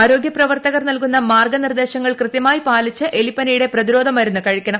ആരോഗ്യ പ്രവർത്തകർ നൽകുന്ന മാർഗനിർദേശങ്ങൾ കൃത്യമായി പാലിച്ച് എലിപ്പനിയുടെ പ്രതിരോധ മരുന്ന് കഴിക്കണം